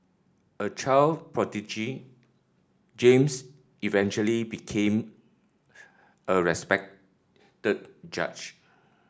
a child prodigy James eventually became a respected judge